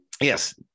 Yes